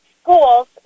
schools